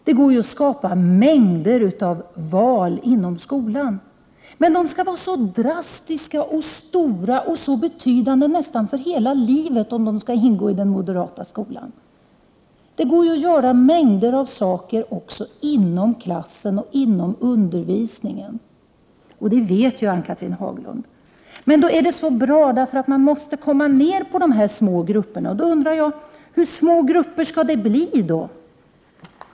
Det går ju att skapa mängder av val inom skolan. Men valen skall vara så drastiska, stora och betydande nästan för hela livet, om de skall räknas i den moderata skolan. Men det går ju att göra mängder av saker också inom klassen och inom undervisningen — det vet Ann-Cathrine Haglund. Men det är så bra, menar moderaterna, att man måste komma ner 57 på de här små grupperna. Då undrar jag: Hur små grupper skall det bli?